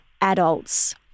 adults